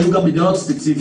היו גם מדינות ספציפיות.